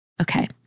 Okay